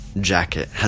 jacket